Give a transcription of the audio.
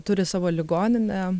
turi savo ligoninę